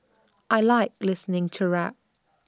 I Like listening to rap